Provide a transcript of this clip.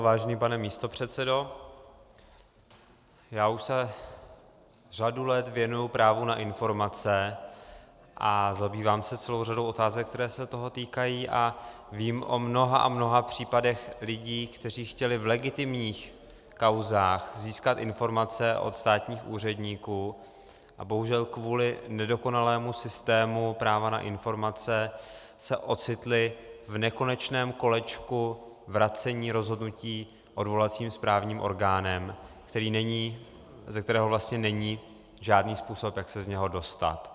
Vážený pane místopředsedo, já už se řadu let věnuji právu na informace a zabývám se celou řadou otázek, které se toho týkají, a vím o mnoha a mnoha případech lidí, kteří chtěli v legitimních kauzách získat informace od státních úředníků, a bohužel kvůli nedokonalému systému práva na informace se ocitli v nekonečném kolečku vracení rozhodnutí odvolacím správním orgánem, ze kterého není žádný způsob, jak se z něho dostat.